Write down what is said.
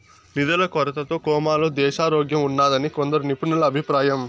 నిధుల కొరతతో కోమాలో దేశారోగ్యంఉన్నాదని కొందరు నిపుణుల అభిప్రాయం